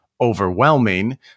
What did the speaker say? overwhelming